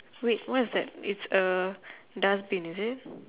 wait what is that it's a dustbin is it